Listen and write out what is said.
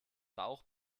bauch